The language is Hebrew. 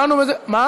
חבר